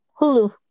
hulu